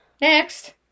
Next